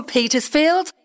Petersfield